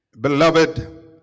Beloved